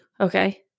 okay